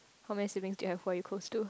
how many siblings do you have who are you close to